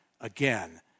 again